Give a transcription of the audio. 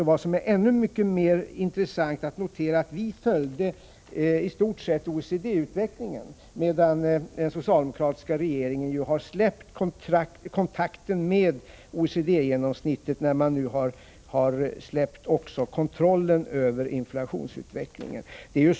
Och ännu mycket mer intressant är att vi i stort sett följde OECD-utvecklingen, medan den socialdemokratiska regeringen har släppt kontakten med OECD-genomsnittet när man nu har släppt kontrollen över inflationsutvecklingen.